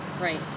Right